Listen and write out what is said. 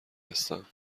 هستم